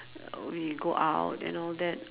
we go out you know then uh